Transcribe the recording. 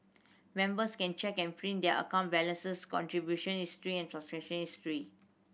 members can check and print their account balances contribution history and transaction history